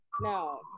no